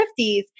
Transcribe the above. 50s